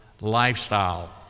lifestyle